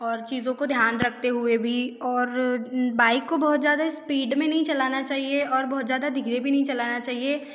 और चीज़ों को ध्यान रखते हुए भी और बाइक को बहुत ज़्यादा स्पीड में नहीं चलाना चाहिए और बहुत ज़्यादा धीरे भी नहीं चलाना चाहिए